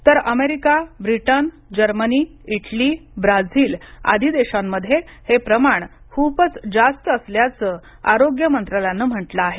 तर America Britain Germany Italy Brazil आदी देशात हे प्रमाण खूपच जास्त असल्याचं आरोग्य मंत्रालयाने म्हटलं आहे